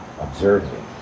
observing